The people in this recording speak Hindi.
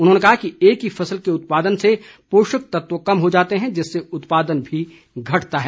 उन्होंने कहा कि एक ही फसल के उत्पादन से पोषक तत्व कम हो जाते हैं जिससे उत्पादन भी घटता है